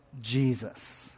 jesus